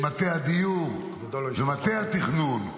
ומטה הדיור ומטה התכנון,